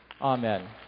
Amen